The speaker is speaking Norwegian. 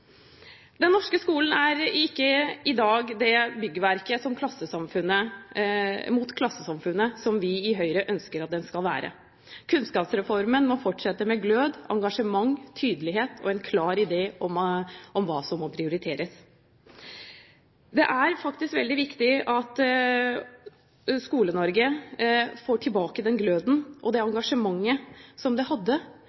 Den norske skolen er ikke i dag det byggverket mot klassesamfunnet som vi i Høyre ønsker at den skal være. Kunnskapsreformen må fortsette med glød, engasjement, tydelighet og en klar idé om hva som må prioriteres. Det er faktisk veldig viktig at Skole-Norge får tilbake den gløden og det